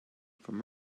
from